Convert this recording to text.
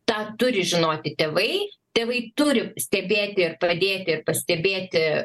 tą turi žinoti tėvai tėvai turi stebėti ir padėti pastebėti